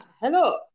hello